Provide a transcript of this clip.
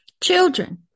Children